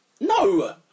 No